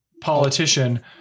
politician